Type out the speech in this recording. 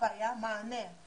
הבעיה היא המענה.